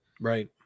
Right